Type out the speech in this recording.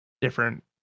different